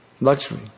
luxury